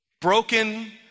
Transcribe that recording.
broken